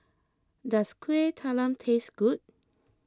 does Kuih Talam taste good